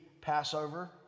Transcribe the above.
Passover